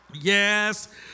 Yes